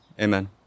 Amen